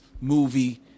movie